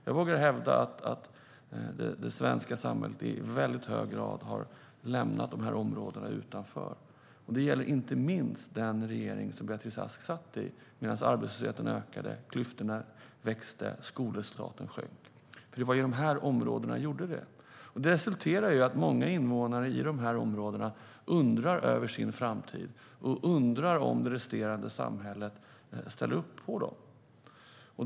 Jag vågar hävda att det svenska samhället i hög grad har lämnat områdena utanför - det gäller inte minst den regering som Beatrice Ask satt i - medan arbetslösheten har ökat, klyftorna vuxit och skolresultaten sjunkit. Det har skett i de områdena. Många invånare i dessa områden undrar över sin framtid. De undrar om det resterande samhället ställer upp på dem.